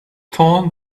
torn